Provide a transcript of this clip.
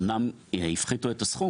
אמנם הפחיתו את הסכום,